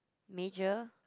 major